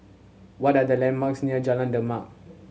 what are the landmarks near Jalan Demak